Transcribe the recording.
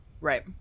Right